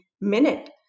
minute